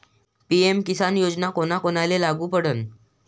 PM Kisan योजना कोना कोनाले लागू पडन?